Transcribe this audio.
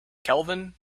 kelvin